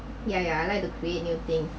yeah yeah I like to play new thing